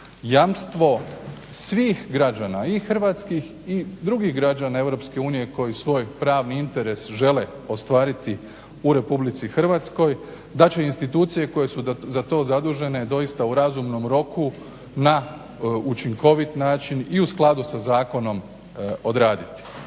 jamstvo svih građana, i hrvatskih i drugih građana Europske unije koji svoj pravni interes žele ostvariti u Republici Hrvatskoj, da će institucije koje su za to zadužene doista u razumnom roku na učinkovit način i u skladu sa zakonom odraditi.